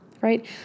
right